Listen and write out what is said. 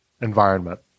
environment